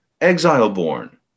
exile-born